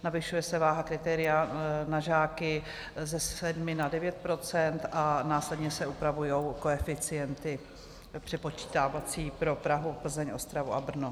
Navyšuje se váha kritéria na žáky ze 7 na 9 % a následně se upravují koeficienty přepočítávací pro Prahu, Plzeň, Ostravu a Brno.